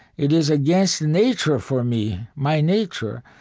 it is against nature for me, my nature,